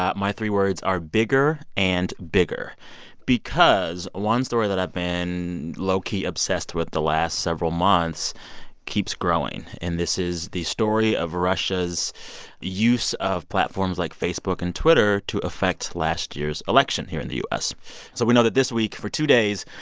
ah my three words are bigger and bigger because one story that i've been low-key obsessed with the last several months keeps growing, and this is the story of russia's use of platforms like facebook and twitter to affect last year's election here in the u s so we know that this week, for two days,